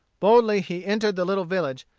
boldly he entered the little village,